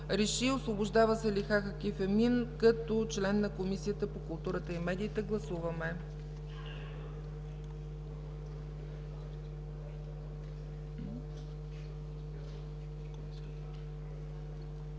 РЕШИ: Освобождава Салиха Хакиф Емин като член на Комисията по културата и медиите.” Гласуваме.